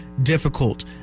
Difficult